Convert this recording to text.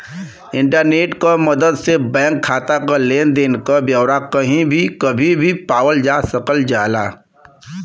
internet क मदद से बैंक खाता क लेन देन क ब्यौरा कही भी कभी भी पावल जा सकल जाला